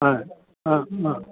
ആ ആ ആ